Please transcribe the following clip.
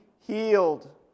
healed